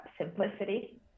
simplicity